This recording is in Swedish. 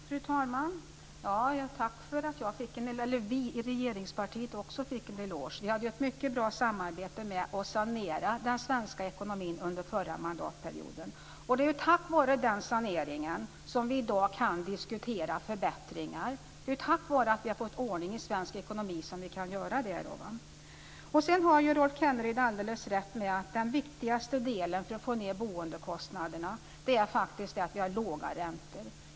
Fru talman! Tack för att vi i regeringspartiet också fick en eloge. Vi hade ju ett mycket bra samarbete med att sanera den svenska ekonomin under den förra mandatperioden. Och det är tack vare den saneringen som vi i dag kan diskutera förbättringar. Det är ju tack vare att vi har fått ordning i svensk ekonomi som vi kan göra det. Rolf Kenneryd har alldeles rätt i att den viktigaste delen för att få ned boendekostnaderna är faktiskt att vi har låga räntor.